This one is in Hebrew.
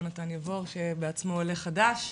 יונתן יבור שבעצמו עולה חדש,